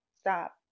stop